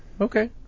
Okay